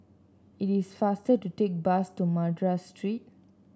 it is faster to take the bus to Madras Street